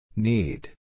Need